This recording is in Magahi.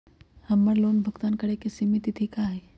हमर लोन भुगतान करे के सिमित तिथि का हई?